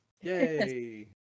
Yay